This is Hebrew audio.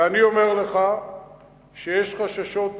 ואני אומר לך שיש חששות בציבור,